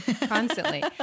constantly